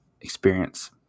experience